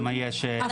לא.